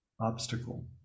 obstacle